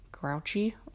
grouchy